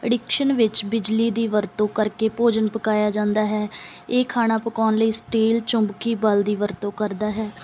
induction ਵਿੱਚ ਬਿਜਲੀ ਦੀ ਵਰਤੋਂ ਕਰਕੇ ਭੋਜਨ ਪਕਾਇਆ ਜਾਂਦਾ ਹੈ ਇਹ ਖਾਣਾ ਪਕਾਉਣ ਲਈ ਸਟੀਲ ਚੁੰਬਕੀ ਬਲ ਦੀ ਵਰਤੋਂ ਕਰਦਾ ਹੈ